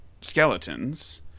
skeletons